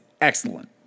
excellent